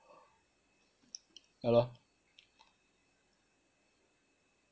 yah lor